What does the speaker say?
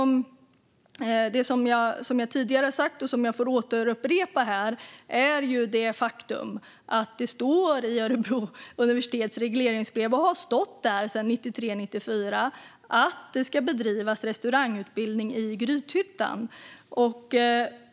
Det jag tidigare har sagt och får återupprepa här är att det står och sedan 1993/94 har stått i Örebro universitets regleringsbrev att det ska bedrivas restaurangutbildning i Grythyttan.